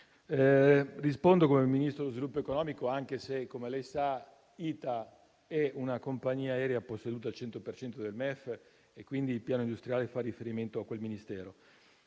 come Ministro dello sviluppo economico anche se, come sapete, ITA è una compagnia aerea posseduta al 100 cento dal MEF e, quindi, il piano industriale fa riferimento a quel Ministero.